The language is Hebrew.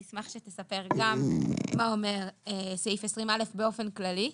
אני אשמח שתספר גם מה אומר סעיף 20א באופן כללי,